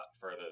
further